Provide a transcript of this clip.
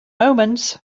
omens